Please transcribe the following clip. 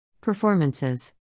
Performances